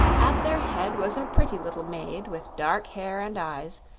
at their head was a pretty little maid with dark hair and eyes,